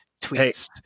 tweets